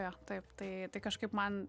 jo taip tai kažkaip man